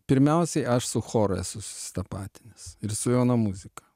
pirmiausiai aš su choru esu susitapatinęs ir su jauna muzika